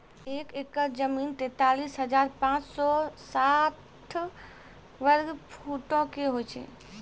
एक एकड़ जमीन, तैंतालीस हजार पांच सौ साठ वर्ग फुटो के होय छै